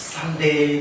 Sunday